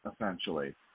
essentially